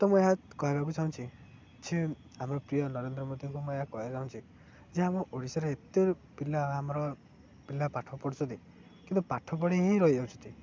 ତ ମୁଁ ଏହା କହିବାକୁ ଚାହୁଁଛି ଯେ ଆମର ପ୍ରିୟ ନରେନ୍ଦ୍ର ମୋଦୀଙ୍କୁ ମୁଁ ଏହା କହିବାକୁ ଚାହୁଁଛି ଯେ ଆମ ଓଡ଼ିଶାରେ ଏତେ ପିଲା ଆମର ପିଲା ପାଠ ପଢ଼ୁଛନ୍ତି କିନ୍ତୁ ପାଠ ପଢ଼ି ହିଁ ରହିଯାଉଛନ୍ତି